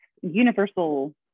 universal